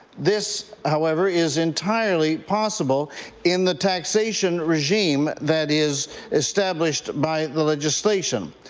this, however, is entirely possible in the taxation regime that is established by the legislation.